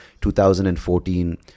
2014